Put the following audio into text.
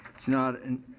it's not